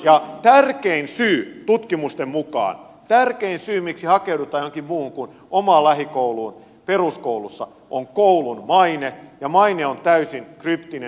ja tutkimusten mukaan tärkein syy miksi hakeudutaan johonkin muuhun kuin omaan lähikouluun peruskoulussa on koulun maine ja maine on täysin kryptinen seikka